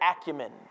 acumen